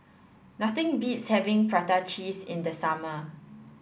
nothing beats having prata cheese in the summer